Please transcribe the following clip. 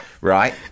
right